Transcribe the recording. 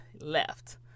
left